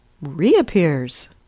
reappears